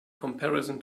comparison